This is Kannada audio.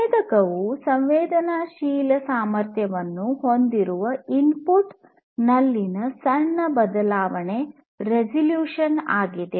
ಸಂವೇದಕವು ಸಂವೇದನಾಶೀಲ ಸಾಮರ್ಥ್ಯವನ್ನು ಹೊಂದಿರುವ ಇನ್ಪುಟ್ ನಲ್ಲಿನ ಸಣ್ಣ ಬದಲಾವಣೆ ರೆಸಲ್ಯೂಶನ್ ಆಗಿದೆ